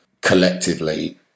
collectively